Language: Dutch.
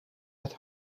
het